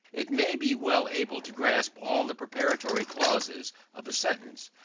it may be well able to grasp all the preparatory clauses of a sentence,